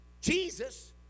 Jesus